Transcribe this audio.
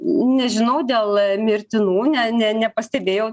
nežinau dėl mirtinų ne ne nepastebėjau